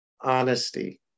honesty